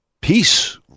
peace